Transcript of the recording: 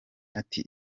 ati